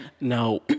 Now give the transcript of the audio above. Now